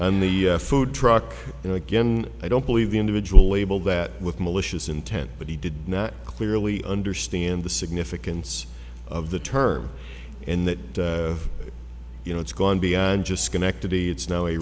and the food truck you know again i don't believe the individual label that with malicious intent but he did not clearly understand the significance of the term and that you know it's gone beyond just schenectady it's now a